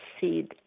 seed